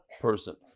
person